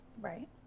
Right